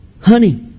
Honey